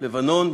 בלבנון,